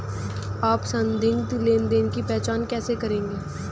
आप संदिग्ध लेनदेन की पहचान कैसे करेंगे?